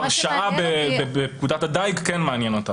והרשעה בפקודת הדיג כן מעניינת אותך?